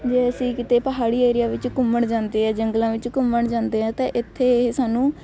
ਜੇ ਅਸੀਂ ਕਿਤੇ ਪਹਾੜੀ ਏਰੀਆ ਵਿੱਚ ਘੁੰਮਣ ਜਾਂਦੇ ਆ ਜੰਗਲਾਂ ਵਿੱਚ ਘੁੰਮਣ ਜਾਂਦੇ ਆ ਤਾਂ ਇੱਥੇ ਸਾਨੂੰ